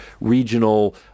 regional